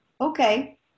Okay